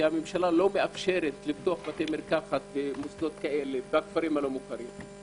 כי הממשלה לא מאפשרת לפתוח בתי מרקחת במוסדות כאלה בכפרים הלא מוכרים,